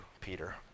Peter